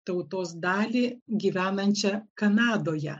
tautos dalį gyvenančią kanadoje